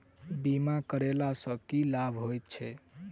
बीमा करैला सअ की लाभ होइत छी?